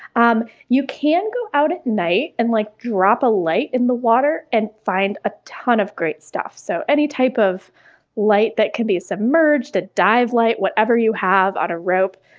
um you can go out at night and, like, drop a light in the water and find a ton of great stuff. so, any type of light that can be submerged, a dive light, whatever you have on a rope.